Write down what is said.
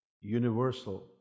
universal